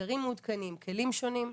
מחקרים מעודכנים, כלים שונים.